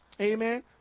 Amen